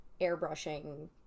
airbrushing